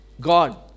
God